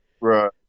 Right